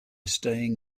staying